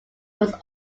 was